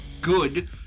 good